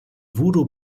voodoo